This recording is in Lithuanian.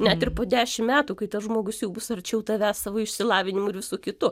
net ir po dešim metų kai tas žmogus jau bus arčiau tavęs savo išsilavinimu ir visu kitu